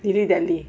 you know that day